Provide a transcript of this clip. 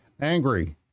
Angry